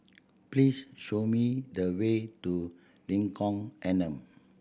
please show me the way to Lengkong Enam